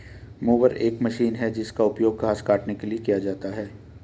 mower एक machine है जिसका उपयोग घास काटने के लिए किया जाता है